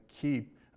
keep